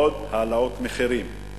עוד העלאות מחירים.